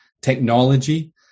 technology